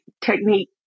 technique